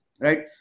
Right